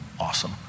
Awesome